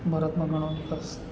ભારતમાં ઘણો વિકાસ